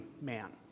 man